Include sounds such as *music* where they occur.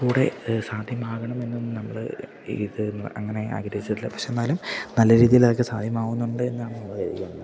കൂടെ സാധ്യമാകണമെന്നൊന്നും നമ്മള് ഇത് അങ്ങനെ ആഗ്രഹിച്ചിട്ടില്ല പക്ഷേ എന്നാലും നല്ല രീതിയില് അതൊക്കെ സാധ്യമാകുന്നുണ്ടെന്നാണ് നമ്മള് *unintelligible* അപ്പം